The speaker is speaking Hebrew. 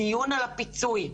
דיון על הפיצוי.